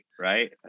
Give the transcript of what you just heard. right